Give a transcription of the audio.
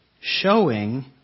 showing